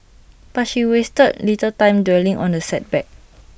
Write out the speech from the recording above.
but she wasted little time dwelling on the setback